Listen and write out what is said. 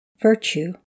virtue